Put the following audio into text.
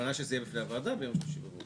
הכוונה היא שזה יהיה בפני הוועדה ביום שלישי בבוקר.